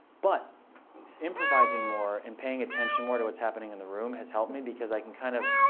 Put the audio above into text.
but improvising more and paying attention more to what's happening in the room has helped me, because i can kind of